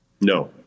No